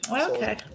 Okay